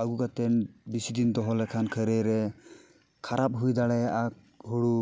ᱟᱹᱜᱩ ᱠᱟᱛᱮ ᱵᱮᱥᱤ ᱫᱤᱱ ᱫᱚᱦᱚ ᱞᱮᱠᱷᱟᱱ ᱠᱷᱟᱹᱨᱟᱹᱭ ᱨᱮ ᱠᱷᱟᱨᱟᱯ ᱦᱩᱭ ᱫᱟᱲᱮᱭᱟᱜᱼᱟ ᱦᱳᱲᱳ